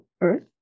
Earth